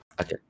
Okay